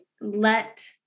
let